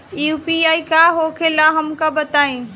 UPI का होखेला हमका बताई?